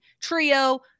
trio